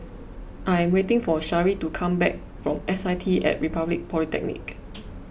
I am waiting for Shari to come back from S I T at Republic Polytechnic